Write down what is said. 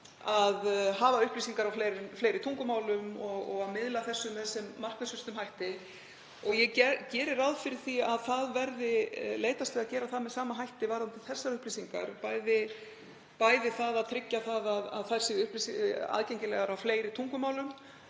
að hafa upplýsingar á fleiri tungumálum og miðla þeim með sem markvissustum hætti. Ég geri ráð fyrir því að leitast verði við að gera það með sama hætti varðandi þessar upplýsingar, bæði að tryggja að þær séu aðgengilegar á fleiri tungumálum